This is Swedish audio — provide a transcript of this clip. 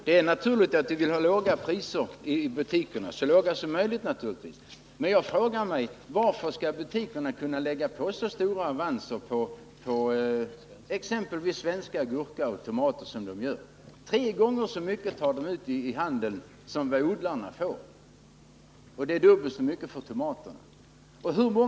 Fru talman! Vi vill naturligtvis ha så låga priser som möjligt i butikerna. Men varför skall butikerna kunna lägga på så stora avanser att de tar ut två eller tre gånger så mycket som vad odlarna får, vilket ju är fallet exempelvis i fråga om gurkor och tomater?